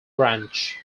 branch